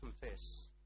confess